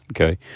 okay